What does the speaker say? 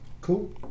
Cool